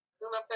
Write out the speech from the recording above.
Uma